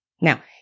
Now